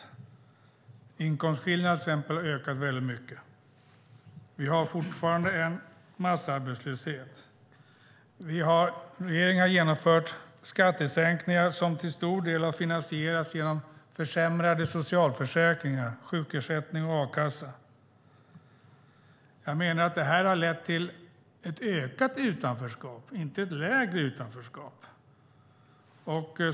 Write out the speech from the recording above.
Exempelvis har inkomstskillnaderna ökat mycket. Vi har fortfarande en massarbetslöshet. Regeringen har genomfört skattesänkningar som till stor del har finansierats genom försämrade socialförsäkringar - sjukersättning och a-kassa. Jag menar att detta har lett till ett ökat utanförskap och inte ett minskat utanförskap.